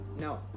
No